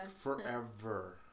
forever